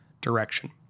direction